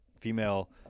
female